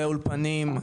לאולפנים,